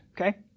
Okay